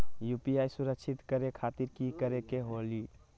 UPI सुरक्षित करे खातिर कि करे के होलि?